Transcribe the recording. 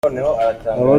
abo